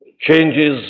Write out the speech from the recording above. changes